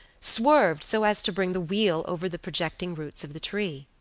swerved so as to bring the wheel over the projecting roots of the tree.